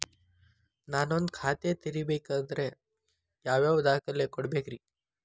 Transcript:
ನಾನ ಒಂದ್ ಖಾತೆ ತೆರಿಬೇಕಾದ್ರೆ ಯಾವ್ಯಾವ ದಾಖಲೆ ಕೊಡ್ಬೇಕ್ರಿ?